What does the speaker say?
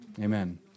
Amen